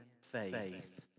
faith